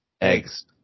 Eggs